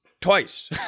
twice